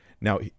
Now